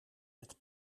met